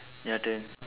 your turn